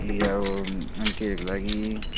ए अब आन्टीहरूको लागि